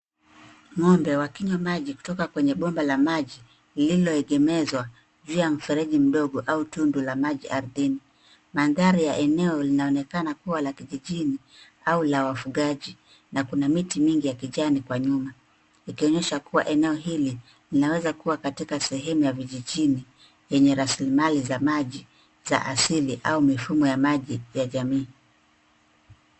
Ng'ombe wakinywa maji kutoka kwenye bomba la maji lililoegemezwa juu ya mfereji mdogo au tundu la maji ardhini. Mandhari ya eneo linaonekana kuwa la kijijini au la wafugaji na kuna miti mingi ya kijani kwa nyuma likionyesha eneo hili linaweza kuwa katika sehemu ya vijijini zenye rasilimali za maji za asili au mifumo ya maji ya jamii.